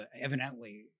evidently